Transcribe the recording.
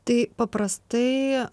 tai paprastai